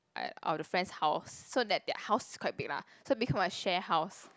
of the friend's house so that their house is quite big lah so become a share house